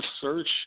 search